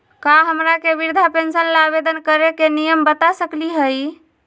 का हमरा के वृद्धा पेंसन ल आवेदन करे के नियम बता सकली हई?